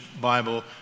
Bible